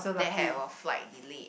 that had our flight delay